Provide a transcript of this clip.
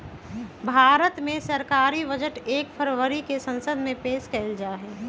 भारत मे सरकारी बजट एक फरवरी के संसद मे पेश कइल जाहई